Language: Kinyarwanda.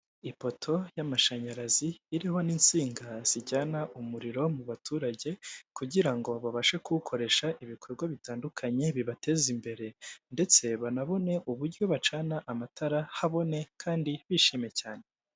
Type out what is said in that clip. Ipoto y'amashanyarazi iriho n'insinga zijyana umuriro mu baturage kugira ngo babashe kuwukoresha ibikorwa bitandukanye bibateza imbere ndetse banabone uburyo bacana amatara habone kandi bishime cyane.